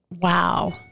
wow